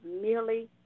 merely